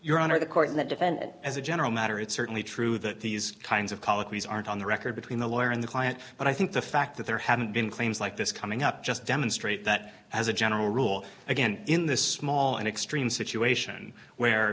honor the court that defendant as a general matter it's certainly true that these kinds of policies aren't on the record between the lawyer and the client but i think the fact that there haven't been claims like this coming up just demonstrate that as a general rule again in this small an extreme situation where